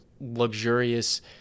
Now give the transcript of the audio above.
luxurious